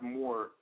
more